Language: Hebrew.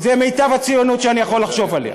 זה מיטב הציונות שאני יכול לחשוב עליה.